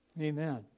Amen